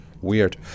Weird